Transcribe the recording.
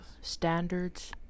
standards